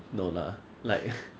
no lah like